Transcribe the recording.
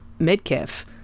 midkiff